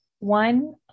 One